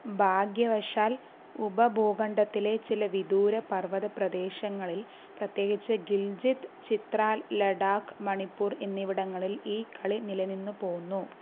ഭാഗ്യവശാൽ ഉപഭൂഖണ്ഡത്തിലെ ചില വിദൂരപർവ്വതപ്രദേശങ്ങളിൽ പ്രത്യേകിച്ച് ഗിൽജിത് ചിത്രാൽ ലഡാക്ക് മണിപ്പൂർ എന്നിവിടങ്ങളിൽ ഈ കളി നിലനിന്നുപോന്നു